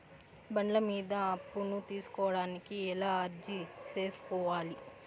బండ్ల మీద అప్పును తీసుకోడానికి ఎలా అర్జీ సేసుకోవాలి?